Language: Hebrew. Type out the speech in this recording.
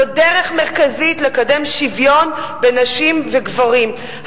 זו דרך מרכזית לקדם שוויון בין נשים וגברים,